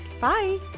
Bye